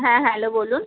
হ্যাঁ হ্যালো বলুন